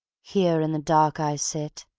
here in the dark i sit,